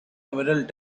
emerald